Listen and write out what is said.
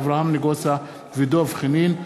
אברהם נגוסה ודב חנין,